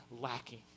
lacking